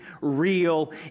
real